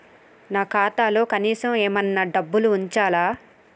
నా ఖాతాలో కనీసం ఏమన్నా డబ్బులు ఉంచాలా?